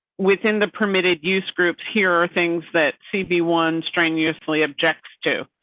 within the permitted use groups here are things that cb one strain usefully objects to.